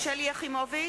שלי יחימוביץ,